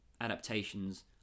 adaptations